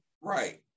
Right